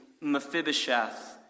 Mephibosheth